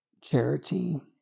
charity